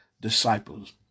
disciples